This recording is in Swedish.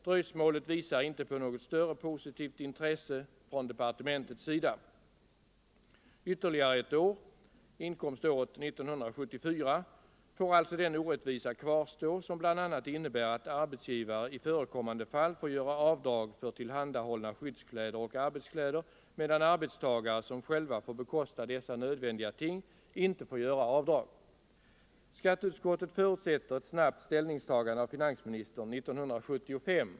Dröjsmålet tyder inte på något större positivt intresse från departementets sida. Ytterligare ett år — inkomståret 1974 — skall alltså den orättvisa kvarstå som bl.a. innebär att arbetsgivare i förekommande fall får göra avdrag för tillhandahållna skyddskläder och arbetskläder, medan arbetstagare som själva bekostar dessa nödvändiga ting inte får göra avdrag. Skatteutskottet förutsätter ett snabbt ställningstagande av finansministern under år 1975.